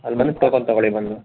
ಅಲ್ಲಿ ಬಂದು ಟೋಕನ್ ತೊಗೊಳ್ಳಿ ಬಂದು